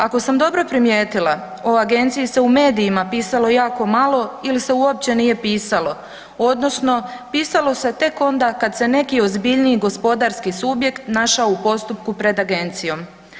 Ako sam dobro primijetila o agenciji se u medijima pisalo jako malo ili se uopće nije pisalo odnosno pisalo se tek onda kad se neki ozbiljniji gospodarski subjekt našao u postupku pred agencijom.